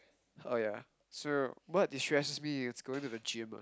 oh ya so what destresses me is going to the gym